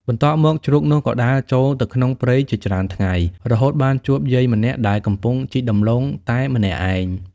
បន្ទាប់មកជ្រូកនោះក៏ដើរចូលទៅក្នុងព្រៃជាច្រើនថ្ងៃ រហូតបានជួបយាយម្នាក់ដែលកំពុងជីកដំឡូងតែម្នាក់ឯង។